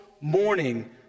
morning